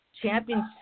champions